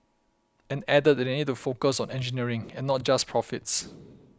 and added that they need to focus on engineering and not just profits